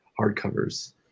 hardcovers